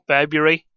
February